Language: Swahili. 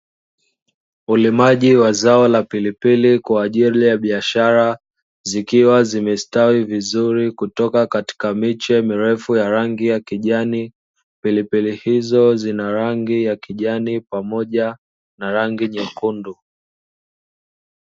Ulimaji wa zao la pilipili kwa ajili ya biashara, zikiwa zimestawi vizuri kutoka katika miche mirefu ya rangi ya kijani. Pilipili hizo zina rangi ya kijani pamoja na rangi nyekundu.